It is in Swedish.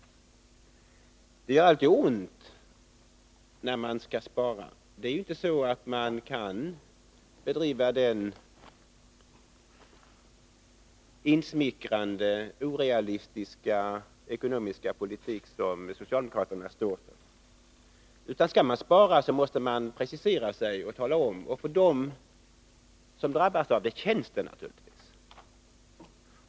Det gör alltid ont när man skall spara. Det går inte att bedriva en insmickrande, orealistisk ekonomisk politik som den socialdemokraterna står för, utan om man skall spara så måste man precisera sig och tala om hur det skall gå till. För dem som drabbas känns det naturligtvis.